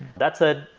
that said,